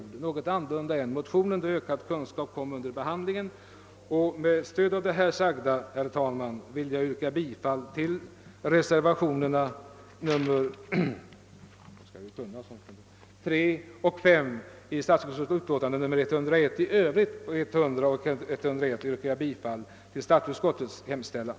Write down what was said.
Den är således något annorlunda än motionen, beroende på att vi fått ökade kunskaper under behandlingen av ärendet. Med stöd av det här sagda, herr talman, vill jag yrka bifall till de vid statsutskottets utlåtande nr 101 fogade reservationerna nr 3 och 5 samt i Övrigt till utskottets hemställan. Vad beträffar statsutskottets utlåtande nr 100 yrkar jag bifall till utskottets hemställan.